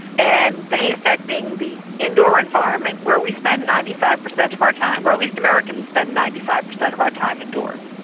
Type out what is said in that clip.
and the haystack being the indoor environment where we spend ninety five percent of our time, or it least americans spend ninety five percent of our time indoors.